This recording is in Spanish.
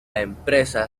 empresa